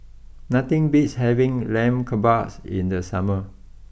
nothing beats having Lamb Kebabs in the summer